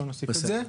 בואו נוסיף את זה.